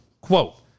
Quote